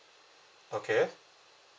okay